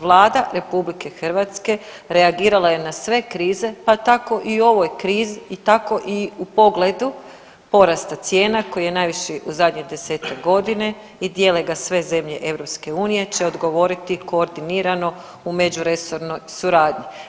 Vlada RH reagirala je na sve krize pa tako i u ovoj krizi i tako i u pogledu porasta cijena koji je najviši u zadnji 10-tak godina i dijele ga sve zemlje EU će odgovoriti koordinirano u međuresornoj suradnji.